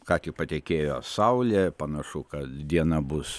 ką tik patekėjo saulė panašu kad diena bus